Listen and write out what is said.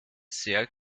sehr